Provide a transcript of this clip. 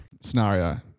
Scenario